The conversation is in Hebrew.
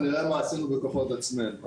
נראה מה עשינו בכוחות עצמנו.